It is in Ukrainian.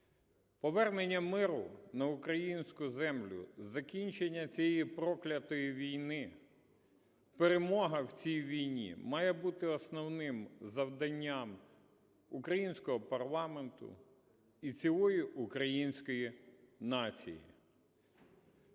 повернення миру на українську землю, закінчення цієї проклятої війни. Перемога в цій війні має бути основним завданням українського парламенту і цілої української нації.